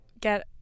get